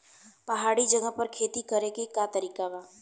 पहाड़ी जगह पर खेती करे के का तरीका बा?